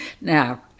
Now